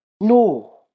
No